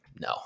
no